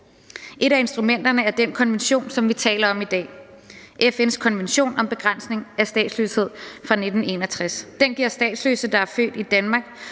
Et af instrumenterne er den konvention, som vi taler om i dag, FN's konvention om begrænsning af statsløshed fra 1961. Den giver statsløse, der er født i Danmark,